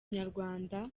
inyarwanda